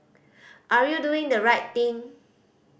are you doing the right thing